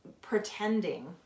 pretending